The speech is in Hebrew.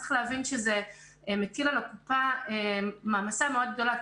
צריך להבין שהם הטילו על הקופה מעמסה מאוד גדולה,